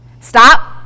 Stop